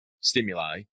stimuli